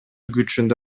күчүндө